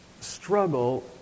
struggle